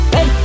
Hey